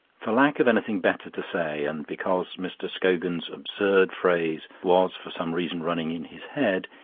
for lack of anything better to say, and because mr. scogan's absurd phrase was for some reason running in his head,